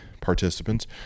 participants